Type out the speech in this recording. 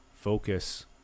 focus